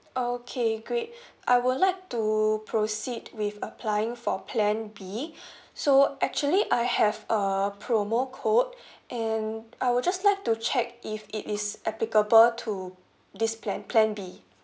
okay great I would like to proceed with applying for plan B so actually I have a promo code and I would just like to check if it is applicable to this plan plan B